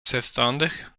zelfstandig